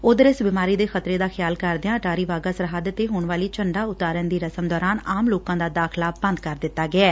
ਉਧਰ ਇਸ ਬੀਮਾਰੀ ਦੇ ਖਤਰੇ ਦਾ ਖਿਆਲ ਕਰਦਿਆਂ ਅਟਾਰੀ ਵਾਹਗਾ ਸਰਹੱਦ ਤੇ ਹੋਣ ਵਾਲੀ ਝੰਡਾ ਉਤਾਰਣ ਦੀ ਰਸਮ ਦੌਰਾਨ ਆਮ ਲੋਕਾਂ ਦਾ ਦਾਖਲਾ ਬੰਦ ਕਰ ਦਿੱਤੈ